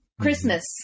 Christmas